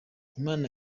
imana